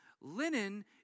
Linen